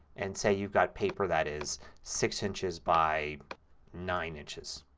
and say you've got paper that is six inches by nine inches.